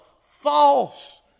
false